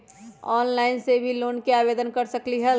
Online से भी loan के आवेदन कर सकलीहल?